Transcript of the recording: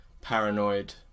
paranoid